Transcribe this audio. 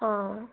অঁ